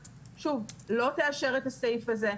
שוב, שהוועדה לא תאשר את הסעיף הזה.